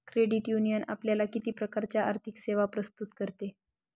Credit union आपल्याला किती प्रकारच्या आर्थिक सेवा प्रस्तुत करते?